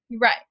Right